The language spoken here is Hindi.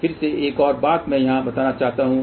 फिर से एक और बात मैं यहां बताना चाहता हूं